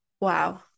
Wow